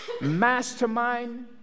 mastermind